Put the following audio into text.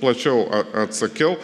plačiau atsakiau